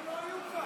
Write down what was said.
הם לא היו כאן.